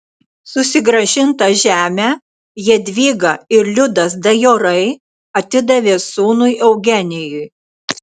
susigrąžintą žemę jadvyga ir liudas dajorai atidavė sūnui eugenijui